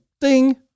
Ding